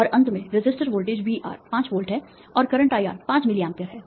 और अंत में रेसिस्टर वोल्टेज VR 5 वोल्ट है और करंट IR 5 मिली एम्पीयर है